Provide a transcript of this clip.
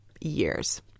years